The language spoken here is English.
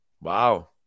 Wow